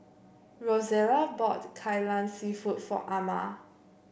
Rosella bought Kai Lan seafood for Ama